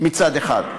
מצד אחד,